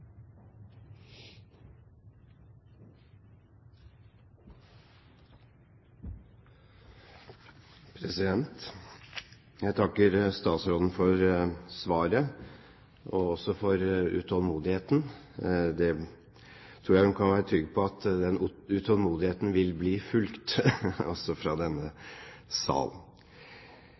Jeg takker statsråden for svaret og også for utålmodigheten. Jeg tror hun kan være trygg på at den utålmodigheten vil bli fulgt også fra denne